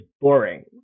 boring